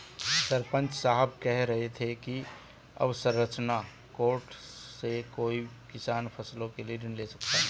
सरपंच साहब कह रहे थे कि अवसंरचना कोर्स से कोई भी किसान फसलों के लिए ऋण ले सकता है